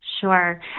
sure